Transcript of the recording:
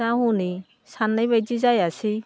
दा हनै साननाय बायदि जायासै